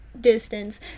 distance